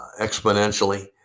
exponentially